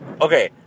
Okay